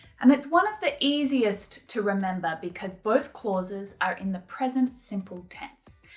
and it's one of the easiest to remember because both clauses are in the present simple tense.